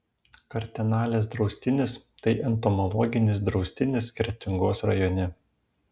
kartenalės draustinis tai entomologinis draustinis kretingos rajone